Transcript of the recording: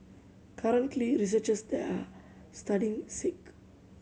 currently researchers there are studying sake